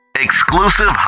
Exclusive